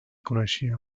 coneixia